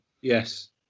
Yes